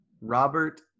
Robert